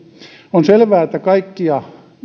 on selvää että kaikkia